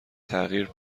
تغییر